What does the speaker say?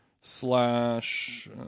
slash